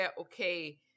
okay